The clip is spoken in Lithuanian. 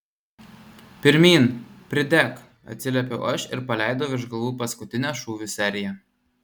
pirmyn pridek atsiliepiau aš ir paleidau virš galvų paskutinę šūvių seriją